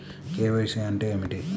KYC అంటే ఏమిటి?